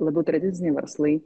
labiau tradiciniai verslai